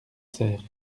cère